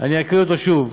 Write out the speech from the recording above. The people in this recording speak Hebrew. אני אקריא אותו שוב.